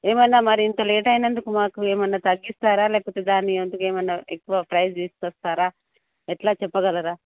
ఏమైనా మరి ఇంత లేట్ అయినందుకు మాకు ఏమైనా తగ్గిస్తారా లేకపోతే దాని ఎందుకు ఏమైనా ఎక్కువ ప్రైస్ తీసుకొస్తారా ఎలా చెప్పగలరా